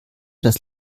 das